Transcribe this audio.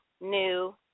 new